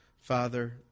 Father